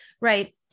Right